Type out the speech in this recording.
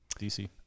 dc